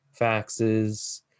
faxes